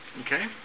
Okay